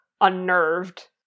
unnerved